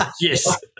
Yes